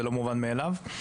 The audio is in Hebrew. זה לא מובן מאליו.